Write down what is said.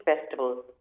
Festival